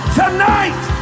tonight